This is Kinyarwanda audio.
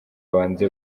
babanze